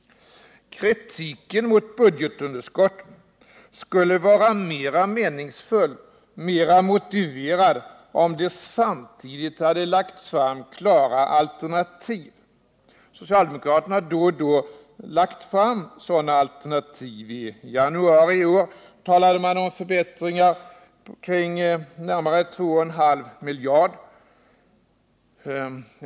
Kritiken mot budgetunderskottet skulle vara meningsfull och mera motiverad, om det samtidigt hade lagts fram klara alternativ. Socialdemokraterna har då och då lagt fram alternativ. I januari i år talade man om förbättringar på närmare 2,5 miljarder.